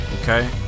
Okay